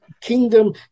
kingdom